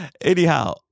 Anyhow